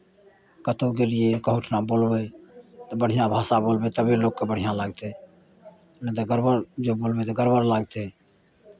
कतहु गेलियै कहुँठिमा बोलबै तऽ बढ़िआँ भाषा बोलबै तबे लोककेँ बढ़िआँ लागतै नहि तऽ गड़बड़ जे बोलबै तऽ गड़बड़ लागतै